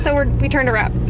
so we turned around.